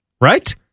right